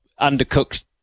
undercooked